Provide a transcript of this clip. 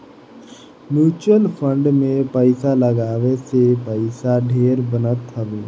mutual fund में पईसा लगावे से पईसा ढेर बनत हवे